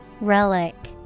Relic